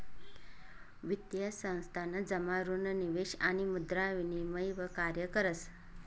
वित्तीय संस्थान जमा ऋण निवेश आणि मुद्रा विनिमय न कार्य करस